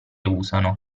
usano